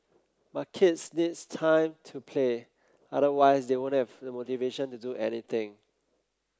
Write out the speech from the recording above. but kids needs time to play otherwise they won't have the motivation to do anything